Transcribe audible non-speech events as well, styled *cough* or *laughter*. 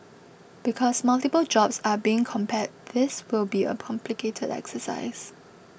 because multiple jobs are being compared this will be a *unintelligible* exercise